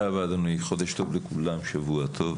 חודש טוב לכולם, שבוע טוב,